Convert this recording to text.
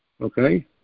okay